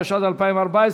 התשע"ד 2014,